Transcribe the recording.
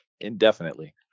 indefinitely